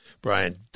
brian